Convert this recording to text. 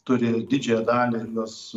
turi didžiąją dalį jos